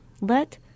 let